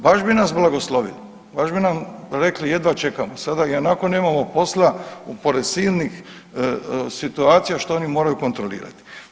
Baš bi nas blagoslovili, baš bi nam rekli jedva čekamo sada ionako nemamo posla pored silnih situacija što oni moraju kontrolirati.